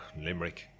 limerick